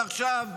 ועכשיו?